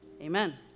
amen